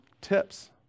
tips